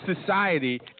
society